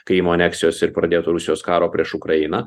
krymo aneksijos ir pradėto rusijos karo prieš ukrainą